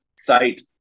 site